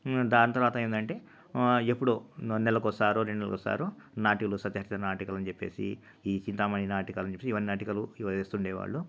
దాని తరువాత ఏందంటే ఎప్పుడూ నెలకు ఒకసారో రెండు నెలలు ఒకసారో నాటకాలు సత్యహరిచంద్ర నాటకాలని చెప్పేసి ఈ చింతామణి నాటకాలు ఇవన్నీ నాటకాలు ఇవి వేస్తుండే వాళ్లు